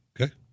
Okay